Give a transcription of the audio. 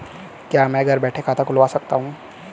क्या मैं घर बैठे खाता खुलवा सकता हूँ?